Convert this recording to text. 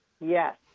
Yes